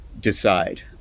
decide